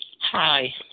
Hi